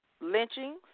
lynchings